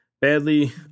badly